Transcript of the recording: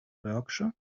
berkshire